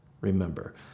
Remember